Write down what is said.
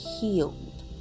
healed